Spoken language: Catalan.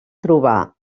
trobar